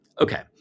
Okay